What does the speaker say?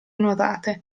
nuotate